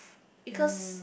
because